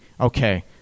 okay